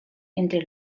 entre